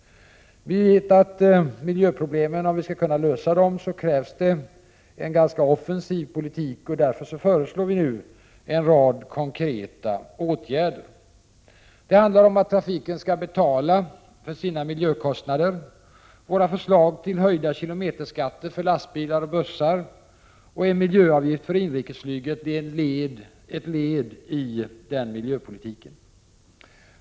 Om vi skall kunna lösa miljöproblemen krävs en offensiv politik. Därför föreslår vi nu en rad konkreta åtgärder. Det handlar om att trafiken skall betala sina miljökostnader. Våra förslag till en höjning av kilometerskatten för lastbilar och bussar och en miljöavgift för inrikesflyget är ett led i den miljöpolitiken.